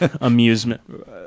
amusement